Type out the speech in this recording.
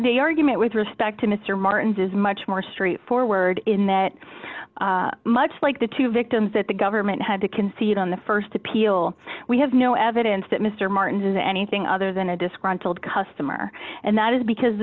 the argument with respect to mr martin's is much more straightforward in that much like the two victims that the government had to concede on the st appeal we have no evidence that mr martin's is anything other than a disgruntled customer and that is because